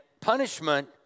punishment